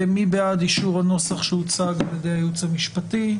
מי בעד אישור הנוסח שהוצג על ידי הייעוץ המשפטי?